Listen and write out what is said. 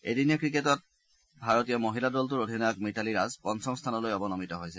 এদিনীয় ক্ৰিকেটত ভাৰতীয় মহিলা দলটোৰ অধিনায়ক মিতালী ৰাজ পঞ্চম স্থানলৈ অৱনমিত হৈছে